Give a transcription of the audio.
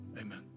Amen